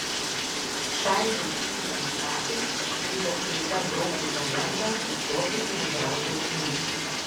šaižiai cypdamas ratais lyg kas kreida brauktų per lentą į stotį įvažiavo traukinys